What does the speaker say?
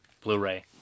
Blu-ray